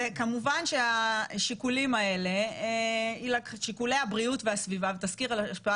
כמובן ששיקולי הבריאות והסביבה ותסקיר השפעה